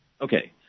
Okay